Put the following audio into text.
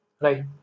Right